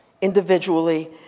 individually